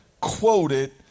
quoted